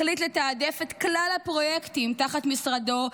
החליט לתעדף את כלל הפרויקטים שתחת משרדו,